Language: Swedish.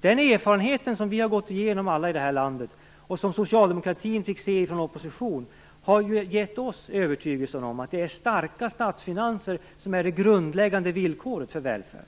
Den erfarenhet vi alla i det här landet har gått igenom, och som socialdemokratin fick se från opposition, har givit oss övertygelsen att starka statsfinanser är det grundläggande villkoret för välfärden.